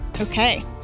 Okay